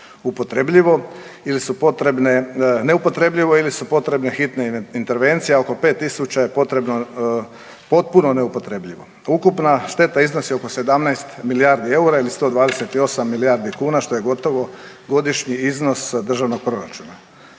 neupotrebljivo ili su potrebne hitne intervencije a oko 5000 je potpuno neupotrebljivo. Ukupna šteta iznosi oko 17 milijardi eura ili 128 milijardi kuna što je gotovo godišnji iznos državnog proračuna.